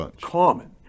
common